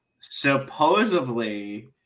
Supposedly